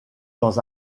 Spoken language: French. dans